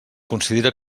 considera